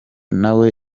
nawe